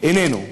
איננו.